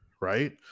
right